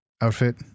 outfit